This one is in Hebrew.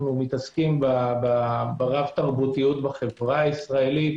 אנו מתעסקים ברב תרבותיות בחברה הישראלית